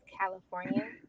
California